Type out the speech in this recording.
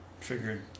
triggered